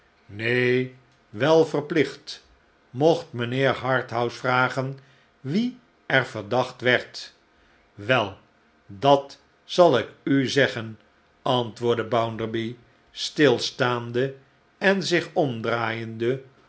neen wel verplicht mocht mynheer harthouse vragen wie er verdacht werd wel dat zal ik u zeggen antwoordde bounderby stilstaande en zich omdraaiende